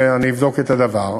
ואני אבדוק את הדבר.